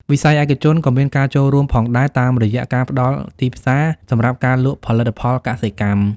វិស័យឯកជនក៏មានការចូលរួមផងដែរតាមរយៈការផ្តល់ទីផ្សារសម្រាប់ការលក់ផលិតផលកសិកម្ម។